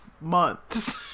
months